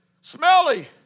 smelly